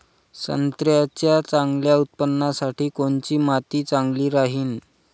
संत्र्याच्या चांगल्या उत्पन्नासाठी कोनची माती चांगली राहिनं?